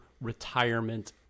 retirement